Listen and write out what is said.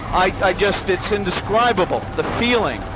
i just, it's indescribable, the feeling,